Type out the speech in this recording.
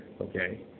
Okay